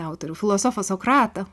autorių filosofą sokratą